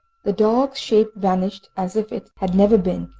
the dog's shape vanished as if it had never been,